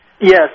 Yes